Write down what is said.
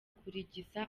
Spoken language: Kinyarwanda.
kurigisa